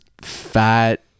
fat